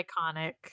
iconic